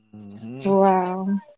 Wow